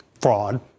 fraud